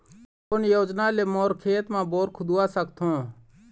कोन योजना ले मोर खेत मा बोर खुदवा सकथों?